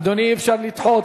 אדוני, אי-אפשר לדחות.